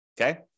Okay